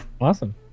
Awesome